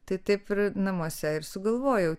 tai taip ir namuose ir sugalvojau